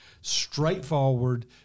straightforward